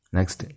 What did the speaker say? Next